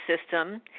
system